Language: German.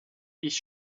ich